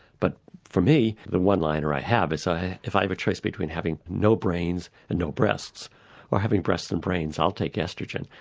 but for me, the one-liner i have is if i have a choice between having no brains and no breasts or having breasts and brains, i'll take oestrogen.